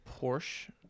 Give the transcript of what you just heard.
Porsche